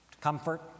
comfort